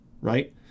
right